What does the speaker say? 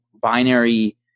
binary